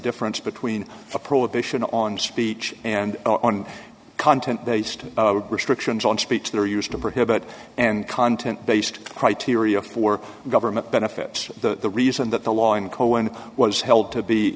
difference between a prohibition on speech and on content based restrictions on speech that are used to prohibit and content based criteria for government benefits the reason that the law in cohen was held to be